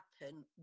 happen